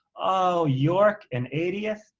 oh, york and eightieth?